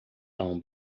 tão